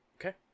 Okay